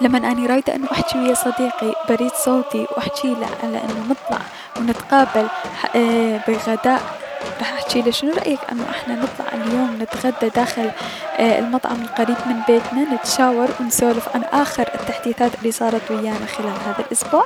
لمن اني رايدة اني احجي ويا صديقي ببريد صوتي و احجيله انو نطلع نتقابل بغدلء راح احجيله شنو رأيك انو احنا اليوم نطلع نتغدا داخل اي- المطعم القريب من بيتنا نتشاور و نسولف عن اخر التحديثات الي صارت ويانا خلال هذا الأسبوع؟